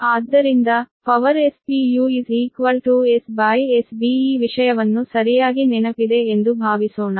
ಆದ್ದರಿಂದ power Spu SSB ಈ ವಿಷಯವನ್ನು ಸರಿಯಾಗಿ ನೆನಪಿದೆ ಎಂದು ಭಾವಿಸೋಣ